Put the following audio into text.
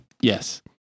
Yes